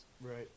Right